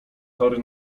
tory